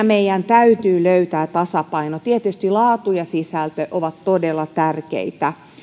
meidän täytyy löytää tasapaino tietysti laatu ja sisältö ovat todella tärkeitä